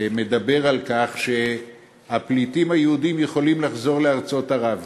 מדבר על כך שהפליטים היהודים יכולים לחזור לארצות ערב.